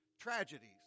tragedies